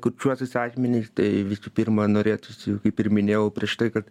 kurčiuosius asmenis tai visų pirma norėtųsi kaip ir minėjau prieš tai kad